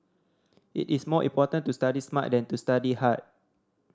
it is more important to study smart than to study hard